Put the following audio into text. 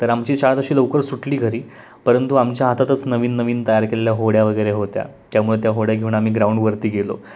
तर आमची शाळेत अशी लवकर सुटली खरी परंतु आमच्या हातातच नवीन नवीन तयार केलेल्या होड्या वगैरे होत्या त्यामुळे त्या होड्या घेऊन आम्ही ग्राउंडवरती गेलो